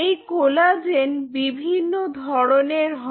এই কোলাজেন বিভিন্ন ধরনের হয়